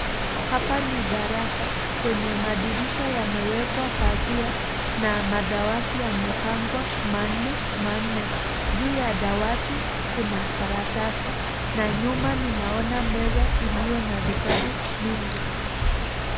Hapa ni darasa. Kwenye madirisha yamewekwa pazia na madawati yamepangwa manne manne. Juu ya dawati, kuna karatasi na nyuma ninaona meza iliyo na vitabu mingi.